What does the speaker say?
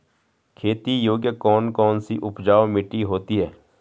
खेती योग्य कौन कौन सी उपजाऊ मिट्टी होती है?